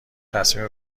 تصمیم